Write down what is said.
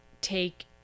take